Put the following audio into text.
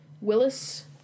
Willis